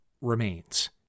remains